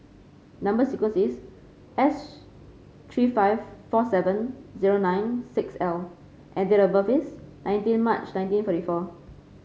number sequence is S three five four seven zero nine six L and date of birth is nineteen March nineteen forty four